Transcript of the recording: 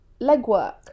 legwork